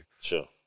Sure